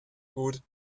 gut